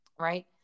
right